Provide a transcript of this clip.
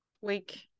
week